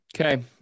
Okay